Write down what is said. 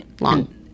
long